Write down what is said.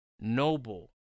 noble